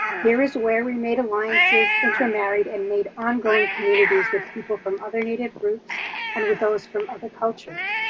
here is where we made alliances, intermarried, and made ongoing communities with people from other native groups and with those from other cultures.